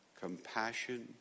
Compassion